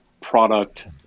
product